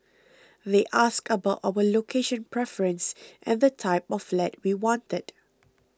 they asked about our location preference and the type of flat we wanted